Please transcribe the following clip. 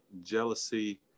jealousy